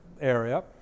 area